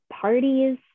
parties